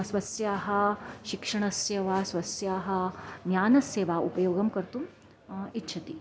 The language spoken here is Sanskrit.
स्वस्याः शिक्षणस्य वा स्वस्याः ज्ञानस्य वा उपयोगं कर्तुम् इच्छति